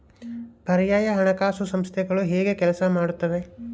ಪರ್ಯಾಯ ಹಣಕಾಸು ಸಂಸ್ಥೆಗಳು ಹೇಗೆ ಕೆಲಸ ಮಾಡುತ್ತವೆ?